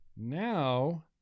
now